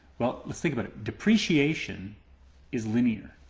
well, let's think about it. depreciation is linear.